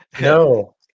no